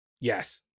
Yes